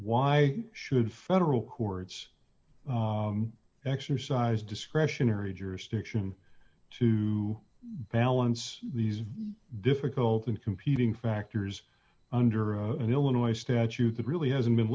why should federal courts exercise discretionary jurisdiction to balance these very difficult and competing factors under an illinois statute that really hasn't been